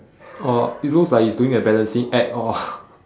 oh it looks like he is doing a balancing act oh